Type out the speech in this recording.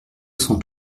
cents